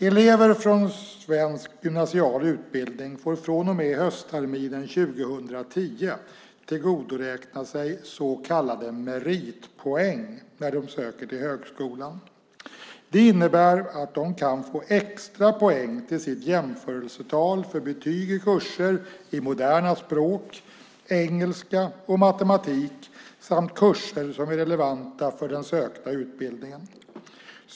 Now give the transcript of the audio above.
Elever från svensk gymnasial utbildning får från och med höstterminen 2010 tillgodoräkna sig så kallade meritpoäng när de söker till högskolan. Det innebär att de kan få extra poäng till sitt jämförelsetal för betyg i kurser i moderna språk, engelska och matematik samt kurser som är relevanta för den sökta utbildningen.